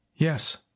Yes